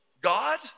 God